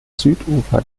südufer